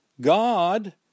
God